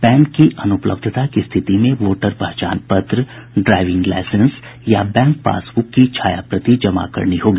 pan की अनुपलब्धता की स्थिति में वोटर पहचान पत्र ड्राईविंग लाईसेंस या बैंक पासबुक की छाया प्रति जमा करनी होगी